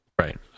Right